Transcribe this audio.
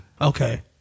Okay